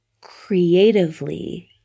creatively